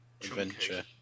adventure